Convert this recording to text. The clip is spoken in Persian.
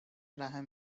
رحم